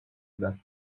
eder